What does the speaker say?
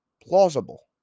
plausible